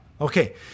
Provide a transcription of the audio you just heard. Okay